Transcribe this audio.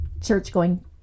church-going